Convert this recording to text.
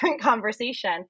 conversation